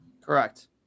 Correct